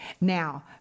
Now